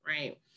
right